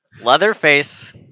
Leatherface